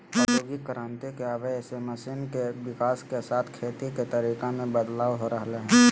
औद्योगिक क्रांति के आवय से मशीन के विकाश के साथ खेती के तरीका मे बदलाव हो रहल हई